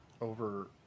over